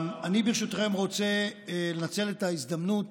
אני, ברשותכם, רוצה לנצל את ההזדמנות